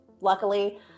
Luckily